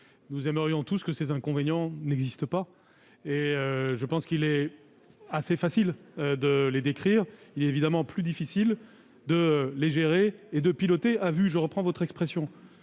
Nous aimerions tous que ces inconvénients n'existent pas, mais, s'il est assez facile de les décrire, il est évidemment plus difficile de les gérer et de « piloter à vue ». Je reprends votre expression,